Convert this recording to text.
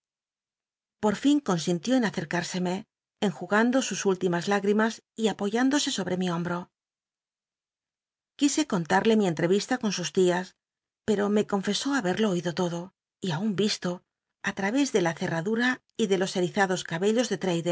por fin consintió en accrc irscme enjugando sus últimas hígtimas y apoyándose sobre mi hombro qui c conlal'lc mi entrevista con sus tias pet'o me confesó hahel'lo oído l odo y aun visl o i lmy és de la cct't'aclu ra y rlc los erizados cabellos de